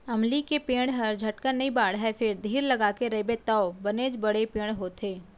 अमली के पेड़ हर झटकन नइ बाढ़य फेर धीर लगाके रइबे तौ बनेच बड़े पेड़ होथे